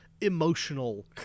emotional